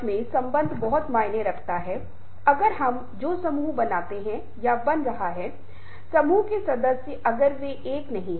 और उन संदर्भों में क्या काम करता है जो उन वार्ता में प्रमुख घटक थे जो हमें बताया कि बातचीत कहाँ और कैसे काम करती है